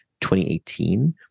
2018